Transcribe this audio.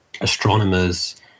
astronomers